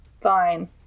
Fine